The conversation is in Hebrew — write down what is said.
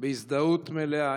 בהזדהות מלאה.